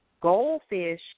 Goldfish